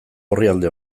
orrialde